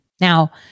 Now